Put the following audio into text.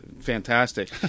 Fantastic